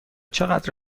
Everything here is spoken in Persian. چقدر